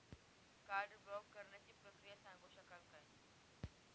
Card block करण्याची प्रक्रिया सांगू शकाल काय?